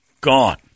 Gone